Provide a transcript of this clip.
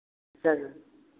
चलो